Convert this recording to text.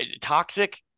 toxic